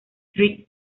street